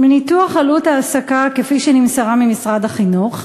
מניתוח עלות ההעסקה כפי שנמסרה ממשרד החינוך,